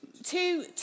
Two